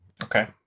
Okay